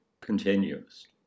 continues